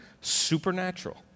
supernatural